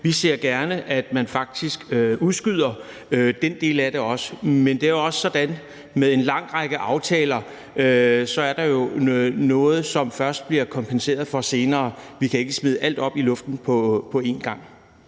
Vi ser gerne, at man faktisk udskyder den del af det også. Men det er også sådan med en lang række aftaler, at der jo er noget, som der først bliver kompenseret for senere. Vi kan ikke smide alt op i luften på én gang.